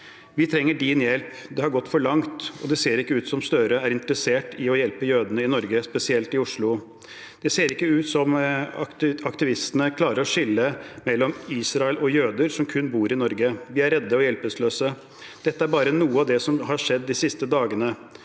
Vi trenger din hjelp, det har gått for langt, det ser ikke ut som Støre er interessert i å hjelpe jødene i Norge, spesielt i Oslo. Det ser ikke ut som aktivistene klarer å skille mellom Israel og jøder som kun bor i Norge. Vi er redde og hjelpeløse. Dette er bare noe av det som har skjedd de siste dagene.